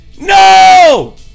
No